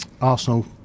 Arsenal